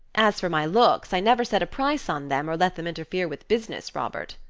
as for my looks, i never set a price on them or let them interfere with business, robert.